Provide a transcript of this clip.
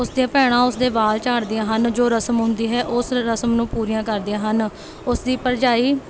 ਉਸ ਦੀਆਂ ਭੈਣਾਂ ਉਸ ਦੇ ਵਾਲ਼ ਝਾੜਦੀਆਂ ਹਨ ਜੋ ਰਸਮ ਹੁੰਦੀ ਹੈ ਉਸ ਰਸਮ ਨੂੰ ਪੂਰੀਆਂ ਕਰਦੀਆਂ ਹਨ ਉਸ ਦੀ ਭਰਜਾਈ